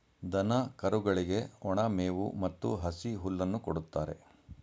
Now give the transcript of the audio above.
ದನ ಕರುಗಳಿಗೆ ಒಣ ಮೇವು ಮತ್ತು ಹಸಿ ಹುಲ್ಲನ್ನು ಕೊಡುತ್ತಾರೆ